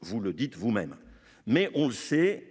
Vous le dites vous-même mais on sait